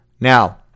now